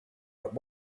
but